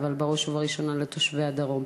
אבל בראש ובראשונה לתושבי הדרום.